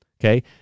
Okay